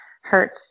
hurts